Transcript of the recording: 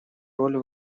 роль